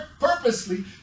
purposely